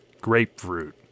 grapefruit